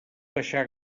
baixar